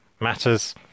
matters